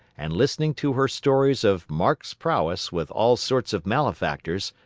and listening to her stories of mark's prowess with all sorts of malefactors,